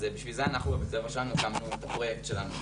אז בשביל זה אנחנו בבית הספר שלנו הקמנו את הפרויקט שלנו.